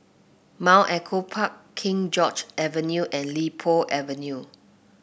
Mount Echo Park King George Avenue and Li Po Avenue